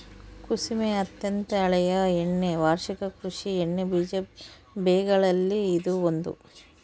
ಕುಸುಮೆ ಅತ್ಯಂತ ಹಳೆಯ ಎಣ್ಣೆ ವಾರ್ಷಿಕ ಕೃಷಿ ಎಣ್ಣೆಬೀಜ ಬೆಗಳಲ್ಲಿ ಇದು ಒಂದು